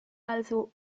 also